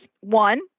one